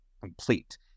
complete